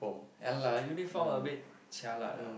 ya lah uniform a bit jialat ah